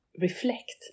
reflect